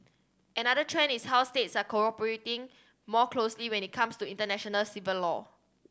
another trend is how states are cooperating more closely when it comes to international civil law